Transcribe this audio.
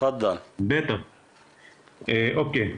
אוקיי.